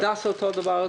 הדסה אותו דבר.